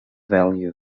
value